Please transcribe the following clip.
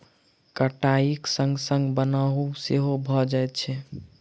कटाइक संग संग बन्हाइ सेहो भ जाइत छै